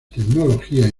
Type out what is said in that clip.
tecnologías